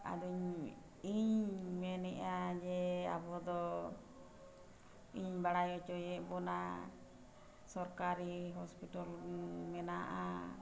ᱟᱫᱚᱧ ᱤᱧ ᱢᱮᱱᱮᱫᱼᱟ ᱡᱮ ᱟᱵᱚ ᱫᱚ ᱤᱧ ᱵᱟᱲᱟᱭ ᱚᱪᱚᱭᱮᱫ ᱵᱚᱱᱟ ᱥᱚᱨᱠᱟᱨᱤ ᱢᱮᱱᱟᱜᱼᱟ